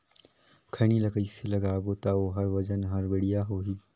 खैनी ला कइसे लगाबो ता ओहार वजन हर बेडिया होही?